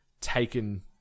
taken